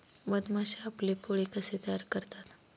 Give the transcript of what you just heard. मधमाश्या आपले पोळे कसे तयार करतात?